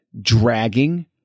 dragging